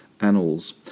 annals